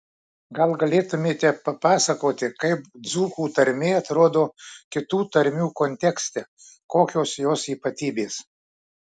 gal galėtumėte papasakoti kaip dzūkų tarmė atrodo kitų tarmių kontekste kokios jos ypatybės